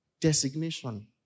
designation